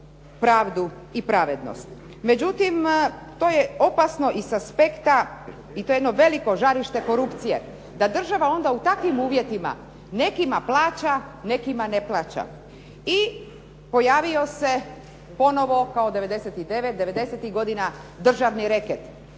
pravdu i pravednost. Međutim, to je opasno i sa aspekta i to je jedno veliko žarište korupcije da država onda u takvim uvjetima nekima plaća, nekima ne plaća. I pojavio se ponovo kao devedesetih godina državni reket,